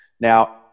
Now